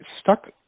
stuck